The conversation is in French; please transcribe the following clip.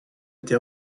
été